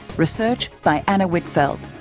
research by anna whitfeld,